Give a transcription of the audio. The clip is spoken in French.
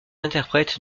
interprète